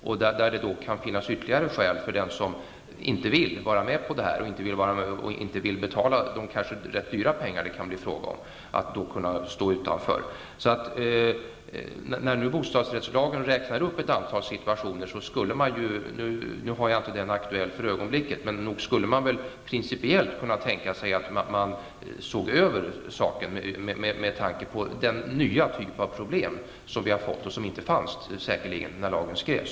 Det kan då finnas flera skäl att stå utanför för den som inte vill ansluta sig och betala de rätt stora pengar det kan bli fråga om. Jag har inte bostadsrättslagen aktuell för ögonblicket, men eftersom det i den räknas upp ett antal situationer, skulle man väl rent principiellt kunna tänka sig att se över frågan med tanke på den nya typ av problem som har uppstått och som inte fanns när lagen infördes.